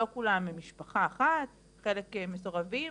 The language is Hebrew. לא כולם ממשפחה אחת, חלק מסורבים,